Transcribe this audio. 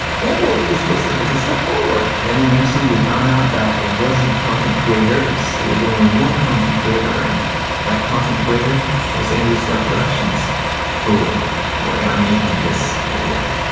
homeboy is listening, it's a step forward! then, eventually, we found out that it wasn't content creators, it was only one content creator and that content creator was angry slug productions who we're gonna meet in this video.